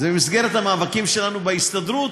זה במסגרת המאבקים שלנו בהסתדרות,